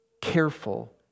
careful